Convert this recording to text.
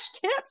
tips